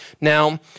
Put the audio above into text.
Now